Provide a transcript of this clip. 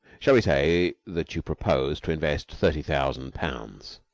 shall we say that you propose to invest thirty thousand pounds?